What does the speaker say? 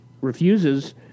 refuses